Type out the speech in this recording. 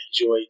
enjoy